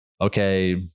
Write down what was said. okay